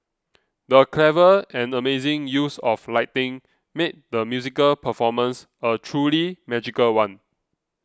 the clever and amazing use of lighting made the musical performance a truly magical one